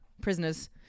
prisoners